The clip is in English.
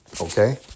okay